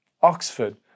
Oxford